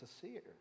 sincere